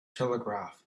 telegraph